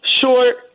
short